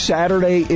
Saturday